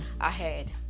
ahead